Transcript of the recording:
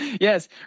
yes